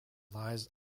lies